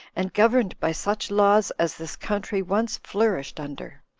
and governed by such laws as this country once flourished under.